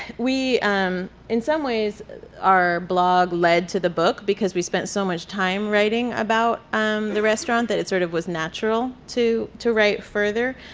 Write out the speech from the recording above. we um in some ways are blog-led to the book because we spent so much time writing about um the restaurant that it sort of was natural to, to write further.